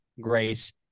grace